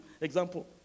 example